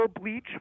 bleach